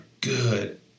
good